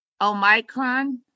Omicron